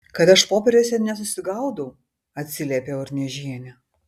kad aš popieriuose nesusigaudau atsiliepė urniežienė